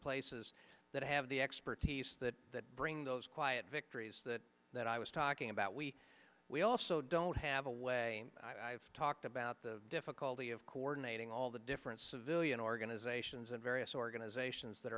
places that have the expertise that that bring those quiet victories that that i was talking about we we also don't have a way i've talked about the difficulty of coordinating all the different civilian organizations and various organizations that